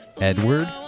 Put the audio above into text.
Edward